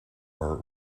are